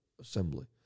assembly